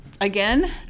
Again